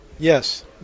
Yes